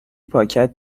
پاکت